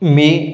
मी